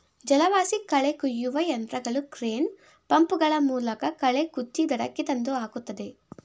ಜಲವಾಸಿ ಕಳೆ ಕುಯ್ಯುವ ಯಂತ್ರಗಳು ಕ್ರೇನ್, ಪಂಪ್ ಗಳ ಮೂಲಕ ಕಳೆ ಕುಚ್ಚಿ ದಡಕ್ಕೆ ತಂದು ಹಾಕುತ್ತದೆ